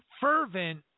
fervent